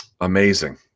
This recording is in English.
Amazing